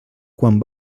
quan